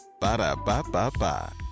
Ba-da-ba-ba-ba